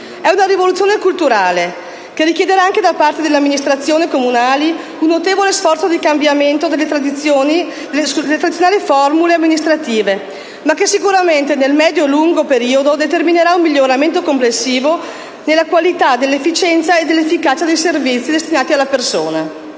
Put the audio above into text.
È una rivoluzione culturale che richiederà, anche da parte delle amministrazioni comunali, un notevole sforzo di cambiamento delle tradizionali formule amministrative, ma che sicuramente nel medio-lungo periodo determinerà un miglioramento complessivo della qualità, dell'efficienza e dell'efficacia dei servizi destinati alla persona.